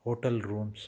hotel rooms